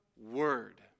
Word